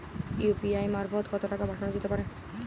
UPI মারফত কত টাকা পাঠানো যেতে পারে?